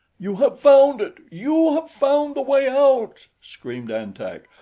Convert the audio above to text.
you have found it! you have found the way out! screamed an-tak.